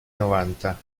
novanta